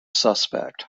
suspect